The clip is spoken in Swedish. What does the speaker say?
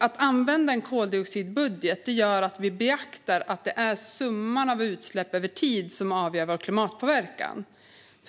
Att använda en koldioxidbudget gör att vi beaktar att det är summan av utsläpp över tid som avgör vår klimatpåverkan.